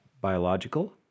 biological